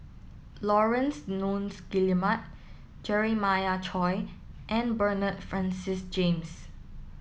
Laurence Nunns Guillemard Jeremiah Choy and Bernard Francis James